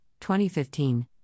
2015